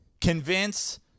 convince –